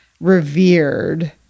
revered